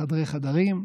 בחדרי-חדרים.